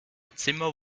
zimmer